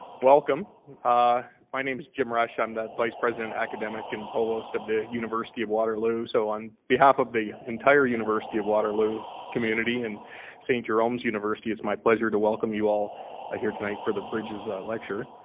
welcome. like ah my name's jim rush. i'm the vice president academic and provost of the university of waterloo. so on behalf of the entire university of waterloo community and st. jerome's university, it's my pleasure to welcome you all ah here tonight for the bridges lecture.